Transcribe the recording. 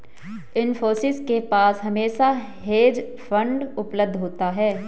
इन्फोसिस के पास हमेशा हेज फंड उपलब्ध होता है